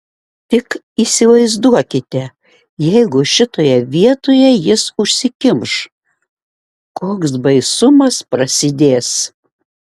tik įsivaizduokite jeigu šitoje vietoje jis užsikimš koks baisumas prasidės